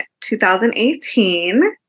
2018